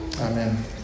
Amen